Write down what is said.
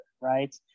right